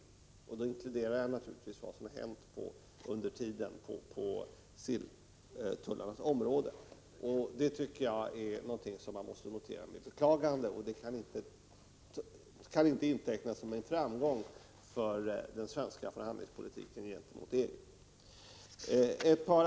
Då inkluderar jag naturligtvis vad som har hänt under tiden på silltullarnas område. Detta måste man notera med beklagande. Det kan inte intecknas som en framgång för den svenska förhandlingspolitiken gentemot EG.